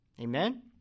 Amen